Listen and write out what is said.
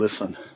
listen